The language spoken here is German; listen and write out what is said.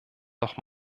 doch